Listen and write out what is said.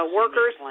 workers